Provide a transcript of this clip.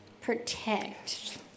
protect